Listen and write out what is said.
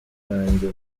yanjye